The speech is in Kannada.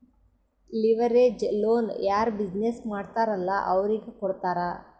ಲಿವರೇಜ್ ಲೋನ್ ಯಾರ್ ಬಿಸಿನ್ನೆಸ್ ಮಾಡ್ತಾರ್ ಅಲ್ಲಾ ಅವ್ರಿಗೆ ಕೊಡ್ತಾರ್